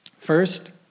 First